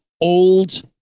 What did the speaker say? old